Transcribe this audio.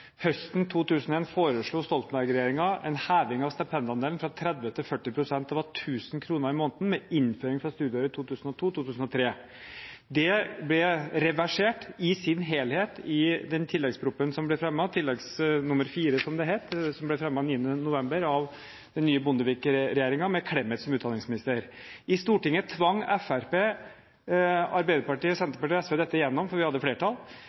Høsten 2001 foreslo Stoltenberg-regjeringen en heving av stipendandelen fra 30 til 40 pst. Det var 1 000 kr i måneden med innføring fra studieåret 2002–2003. Det ble reversert i sin helhet i tilleggsproposisjon nr. 4 for 2001–2002 som ble fremmet 9. november 2001 av den nye Bondevik-regjeringen der Clemet var utdanningsminister. I Stortinget tvang Fremskrittspartiet, Arbeiderpartiet, Senterpartiet og SV dette igjennom, for vi hadde flertall.